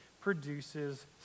produces